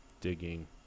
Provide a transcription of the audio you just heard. digging